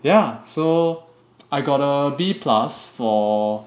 yeah so I got a B plus for